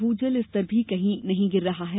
भूजल स्तर भी नहीं गिर रहा है